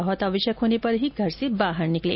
बहुत आवश्यक होने पर ही घर से बाहर निकलें